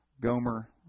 Gomer